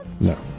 No